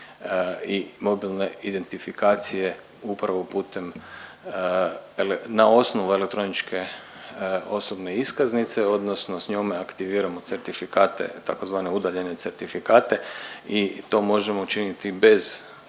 i mobilne identifikacije upravo putem na osnovu elektroničke osobne iskaznice odnosno s njome aktiviramo certifikate tzv. udaljene certifikate i to možemo učiniti bez